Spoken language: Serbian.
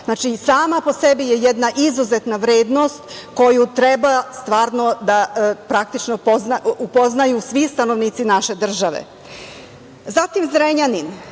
Znači, sama po sebi je jedna izuzetna vrednost koju treba stvarno da praktično upoznaju svi stanovnici naše države. Zatim, Zrenjanin,